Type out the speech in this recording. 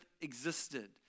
existed